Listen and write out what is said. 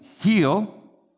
heal